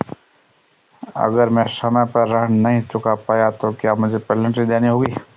अगर मैं समय पर ऋण नहीं चुका पाया तो क्या मुझे पेनल्टी देनी होगी?